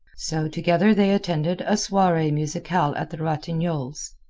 so together they attended a soiree musicale at the ratignolles'.